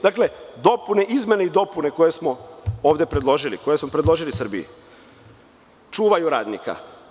Dakle, izmene i dopune koje smo ovde predložili, koje smo predložili Srbiji, čuvaju radnika.